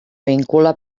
vincula